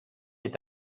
est